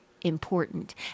important